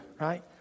right